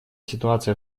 ситуация